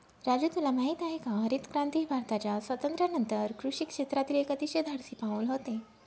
राजू तुला माहित आहे का हरितक्रांती हे भारताच्या स्वातंत्र्यानंतर कृषी क्षेत्रातील एक अतिशय धाडसी पाऊल होते